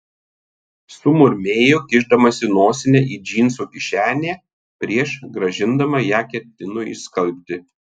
sumurmėjo kišdamasi nosinę į džinsų kišenę prieš grąžindama ją ketino išskalbti